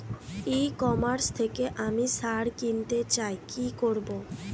ই commerce থেকে আমি সার কিনতে চাই কি করব?